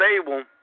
stable